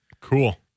Cool